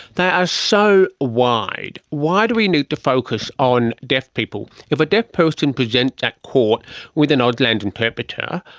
they are so wide. why do we need to focus on deaf people? if a deaf person presents at court with an ah auslan and interpreter,